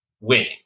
winning